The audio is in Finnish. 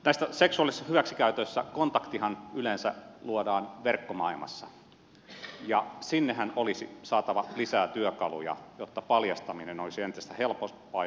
tässä seksuaalisessa hyväksikäytössä kontaktihan yleensä luodaan verkkomaailmassa ja sinnehän olisi saatava lisää työkaluja jotta paljastaminen ja ennaltaehkäiseminen olisi entistä helpompaa